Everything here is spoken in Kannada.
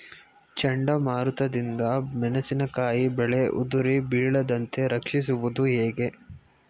ಚಂಡಮಾರುತ ದಿಂದ ಮೆಣಸಿನಕಾಯಿ ಬೆಳೆ ಉದುರಿ ಬೀಳದಂತೆ ರಕ್ಷಿಸುವುದು ಹೇಗೆ?